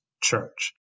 Church